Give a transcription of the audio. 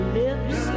lips